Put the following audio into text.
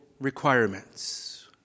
requirements